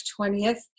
20th